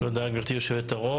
תודה, גברתי היושבת-ראש.